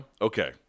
Okay